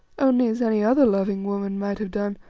only, as any other loving woman might have done,